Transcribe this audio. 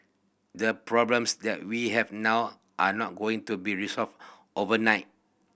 the problems that we have now are not going to be resolved overnight